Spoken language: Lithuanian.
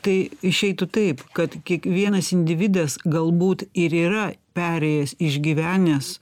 tai išeitų taip kad kiekvienas individas galbūt ir yra perėjęs išgyvenęs